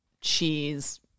cheese